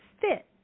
fit